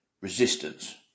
Resistance